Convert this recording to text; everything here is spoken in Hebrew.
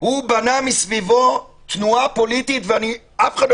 בנה סביבו תנועה פוליטית ואף אחד לא